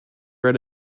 read